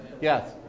Yes